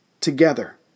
together